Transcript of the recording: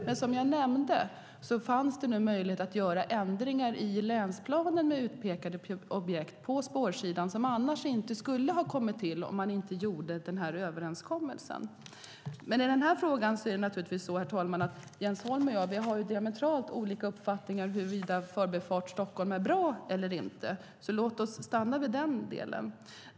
Men som jag nämnde finns det nu möjligheter att göra ändringar i länsplanen med utpekade objekt på spårsidan som annars inte skulle ha kommit till om man inte gjort överenskommelsen. Herr talman! I den här frågan har Jens Holm och jag diametralt olika uppfattningar om huruvida Förbifart Stockholm är bra eller inte. Låt oss stanna vid den delen.